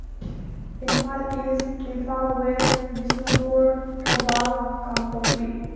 Imphal is Imphal west Bishnupur Thoubal Kangpokpi